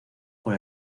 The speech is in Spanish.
por